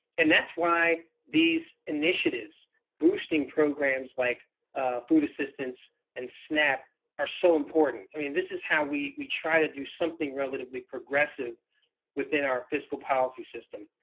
and that's why these initiatives boosting programs like food assistance and snap are so important. i mean, this is how we we try to do something relatively progressive within our fiscal policy system.